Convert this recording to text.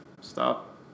Stop